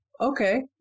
okay